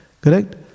correct